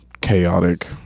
chaotic